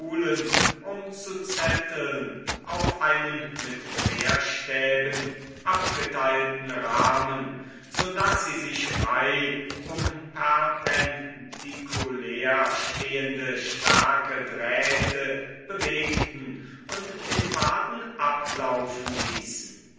um zu zetteln auf einen mit querstäben abgeteilten rahmen so daß sie sich frei um perpendikulär stehende starke drähte bewegten und den faden ablaufen ließen